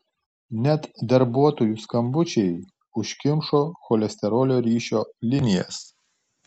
net darbuotojų skambučiai užkimšo cholesterolio ryšio linijas